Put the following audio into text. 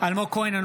אלמוג כהן,